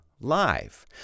live